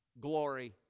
glory